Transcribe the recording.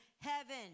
heaven